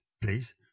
please